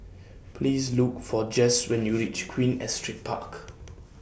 Please Look For Jess when YOU REACH Queen Astrid Park